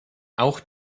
auch